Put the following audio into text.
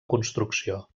construcció